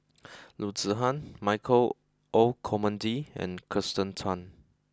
Loo Zihan Michael Olcomendy and Kirsten Tan